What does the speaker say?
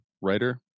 writer